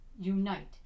unite